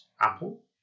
Apple